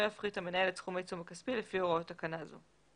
לא יפחית המנהל את סכום העיצום הכספי לפי הוראות תקנה זו.